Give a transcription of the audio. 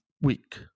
week